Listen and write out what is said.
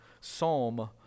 Psalm